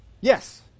Yes